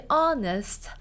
honest